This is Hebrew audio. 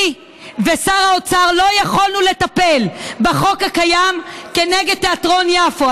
אני ושר האוצר לא יכולנו לטפל בחוק הקיים כנגד תיאטרון יפו.